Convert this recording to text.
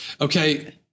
Okay